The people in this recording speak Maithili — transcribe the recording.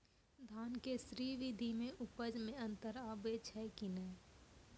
धान के स्री विधि मे उपज मे अन्तर आबै छै कि नैय?